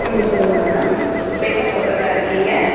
ம் சொல்லுங்க மேடம் இப்போ என்ன போடுறதா இருக்கீங்க